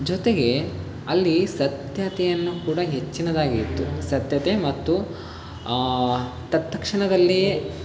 ಜೊತೆಗೆ ಅಲ್ಲಿ ಸತ್ಯತೆಯನ್ನು ಕೂಡ ಹೆಚ್ಚಿನದಾಗಿತ್ತು ಸತ್ಯತೆ ಮತ್ತು ತತ್ಕ್ಷಣದಲ್ಲಿ